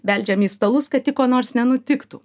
beldžiam į stalus kad tik ko nors nenutiktų